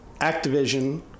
Activision